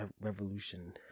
revolution